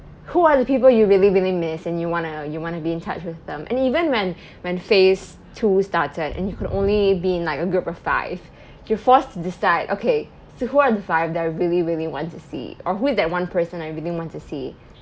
who are the people you really really miss and you wanna you wanna be in touch with them and even when when phase two started and you could only be in like a group of five you're forced to decide okay so who are the five that I really really want to see or who is that one person I really want to see